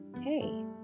hey